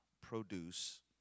produce